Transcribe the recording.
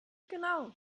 genau